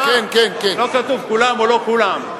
לא כתוב כולם או לא כולם,